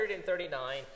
139